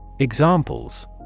examples